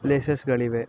ಪ್ಲೇಸಸ್ಗಳಿವೆ